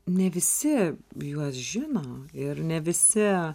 ne visi juos žino ir ne visi